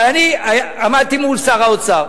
אבל אני עמדתי מול שר האוצר,